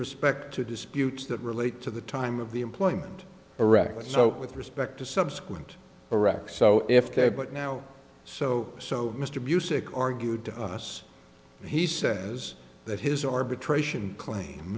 respect to disputes that relate to the time of the employment erects so with respect to subsequent iraq so if there but now so so mr music argued to us he says that his arbitration claim